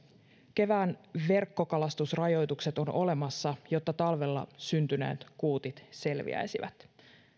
kevään verkkokalastusrajoitukset ovat olemassa jotta talvella syntyneet kuutit selviäisivät